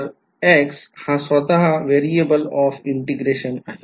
तर x हा स्वतः variable ऑफ integration आहे